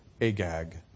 Agag